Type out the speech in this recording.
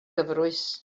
gyfrwys